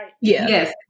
Yes